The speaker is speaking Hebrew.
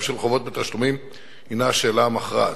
של חובות בתשלומים היא השאלה המכרעת.